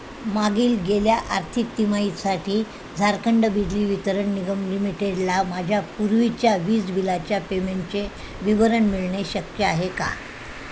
मागील गेल्या आर्थिक तिमाहीसाठी झारखंड बिजली वितरण निगम लिमिटेडला माझ्या पूर्वीच्या वीज बिलाच्या पेमेंटचे विवरण मिळणे शक्य आहे का